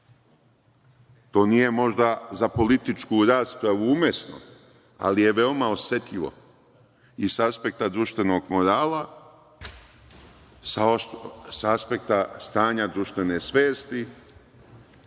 To nije možda za političku raspravu umesno, ali je veoma osetljivo, i sa aspekta društvenog morala, sa aspekta stanja društvene svesti,